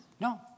no